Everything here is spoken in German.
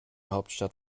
hauptstadt